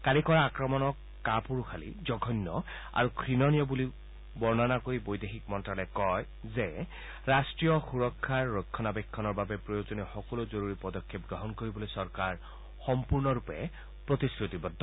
কালি কৰা আক্ৰমণক কাপুৰুযালি জঘন্য আৰু ঘৃণনীয় বুলি বৰ্ণনা কৰি বৈদেশিক মন্ত্যালয়ে কয় যে ৰাষ্ট্ৰীয় সূৰক্ষাৰ ৰক্ষণা বেক্ষণ কৰাৰ বাবে প্ৰয়োজনীয় সকলো জৰুৰী কঠোৰ পদক্ষেপ গ্ৰহণ কৰিবলৈ চৰকাৰ সম্পূৰ্ণ ৰূপে প্ৰতিশ্ৰুতিবদ্ধ